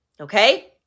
Okay